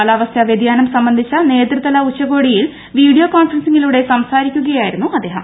കാലാവസ്ഥാ വ്യതിയാനം സംബന്ധിച്ച നേതൃതല ഉച്ചകോടിയിൽ വീഡിയോ കോൺഫറൻസിങ്ങിലൂടെ സംസാരിക്കുകയായിരുന്നു അദ്ദേഹം